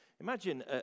Imagine